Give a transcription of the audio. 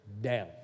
down